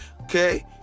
Okay